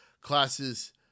classes